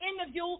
interview